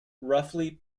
roughly